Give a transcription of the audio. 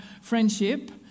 friendship